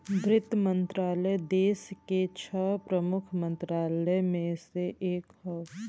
वित्त मंत्रालय देस के छह प्रमुख मंत्रालय में से एक हौ